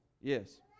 Yes